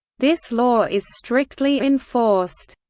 this law is strictly enforced.